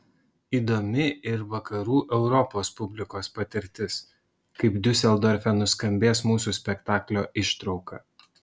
įdomi ir vakarų europos publikos patirtis kaip diuseldorfe nuskambės mūsų spektaklio ištrauka